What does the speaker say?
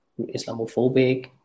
Islamophobic